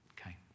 okay